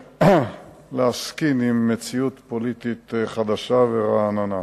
ולהסכין עם מציאות פוליטית חדשה ורעננה.